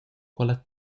quella